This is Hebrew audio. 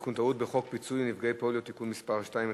תיקון טעות בחוק פיצוי לנפגעי פוליו (תיקון מס' 2),